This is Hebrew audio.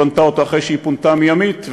היא בנתה אותו אחרי שהיא פונתה מימית,